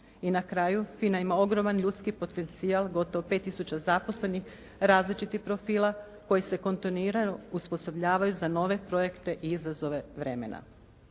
I na kraju FINA ima ogroman ljudski potencijal, gotovo 5 tisuća zaposlenih različitih profila koji se kontinuirano osposobljavaju za nove projekte i izazove vremena.